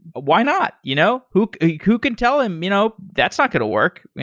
why not? you know who who can tell him, you know that's not going to work?